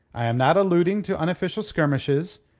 i am not alluding to unofficial skirmishes,